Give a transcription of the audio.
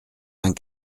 vingt